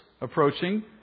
approaching